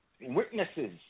Witnesses